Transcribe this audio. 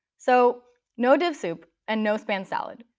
so no div soup and no span salad.